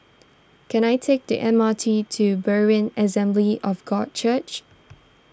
can I take the M R T to Berean Assembly of God Church